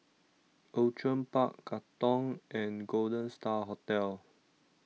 Outram Park Katong and Golden Star Hotel